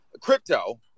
crypto